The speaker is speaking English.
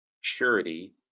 surety